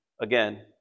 again